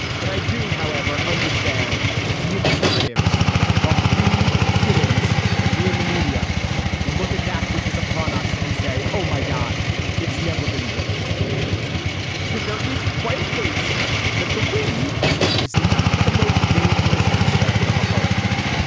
but i do however understand the imperatives of we humans and we in the media to look at that which is upon us and say oh my god it's never been worse because there is quite a case that the wind is not the most dangerous aspect of a hurricane.